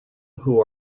who